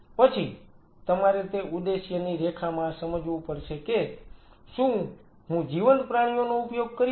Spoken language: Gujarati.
પછી તમારે તે ઉદ્દેશ્યની રેખામાં સમજવું પડશે કે શું હું જીવંત પ્રાણીઓનો ઉપયોગ કરીશ